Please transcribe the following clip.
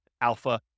alpha